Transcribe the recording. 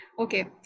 okay